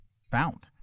found